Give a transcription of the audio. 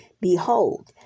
Behold